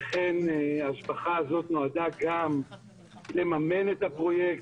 ההשבחה נועדה גם כדי לממן רבע מהפרויקט